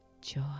joy